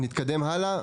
ונתקדם הלאה.